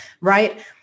right